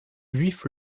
juif